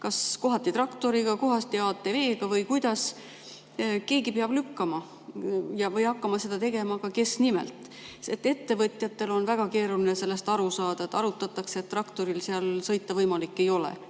kas kohati traktoriga, kohati ATV‑ga või kuidas? Keegi peab hakkama seda tegema, aga kes nimelt? Ettevõtjatel on väga keeruline sellest aru saada. Arutatakse, et traktoriga seal kohati sõita võimalik ei ole,